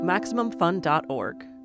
MaximumFun.org